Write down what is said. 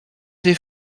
des